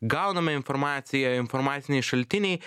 gauname informaciją informaciniai šaltiniai